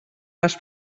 les